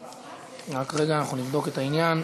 רק רגע, נבדוק את העניין.